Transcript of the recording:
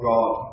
God